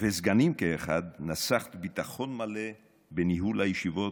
וסגנים כאחד, נסכת ביטחון מלא בניהול הישיבות,